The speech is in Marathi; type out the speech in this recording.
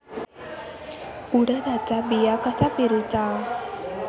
उडदाचा बिया कसा पेरूचा?